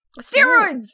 Steroids